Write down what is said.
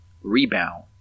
rebound